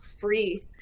free